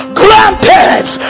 grandparents